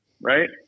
Right